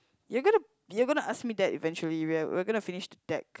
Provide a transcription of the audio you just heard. you're gonna you're gonna ask me that eventually we are we're going to finish deck